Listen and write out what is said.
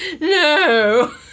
No